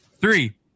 Three